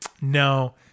no